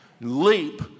Leap